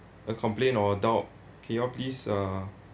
a complain or doubt can you all please uh